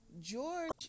George